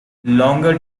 longer